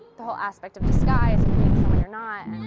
the whole aspect of disguise and being someone you're not.